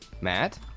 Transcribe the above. Matt